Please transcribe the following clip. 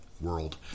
world